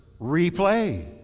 replay